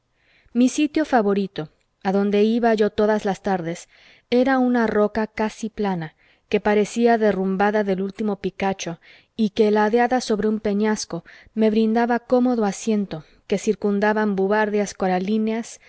mi sitio favorito a donde iba yo todas las tardes era una roca casi plana que parecía derrumbada del último picacho y que ladeada sobre un peñasco me brindaba cómodo asiento que circundaban